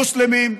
מוסלמים.